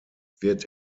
wird